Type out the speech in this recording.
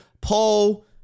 Paul